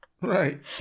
Right